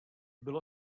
bylo